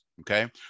Okay